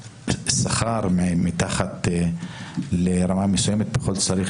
שכר מתחת לרמה מסוימת כי בכול זאת צריך